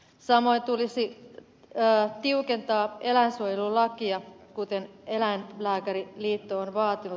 samoin tulisi tiukentaa eläinsuojelulakia kuten eläinlääkäriliitto on vaatinut